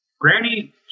Granny